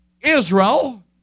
Israel